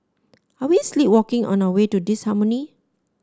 are we sleepwalking our way to disharmony